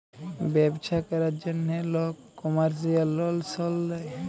ব্যবছা ক্যরার জ্যনহে লক কমার্শিয়াল লল সল লেয়